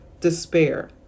despair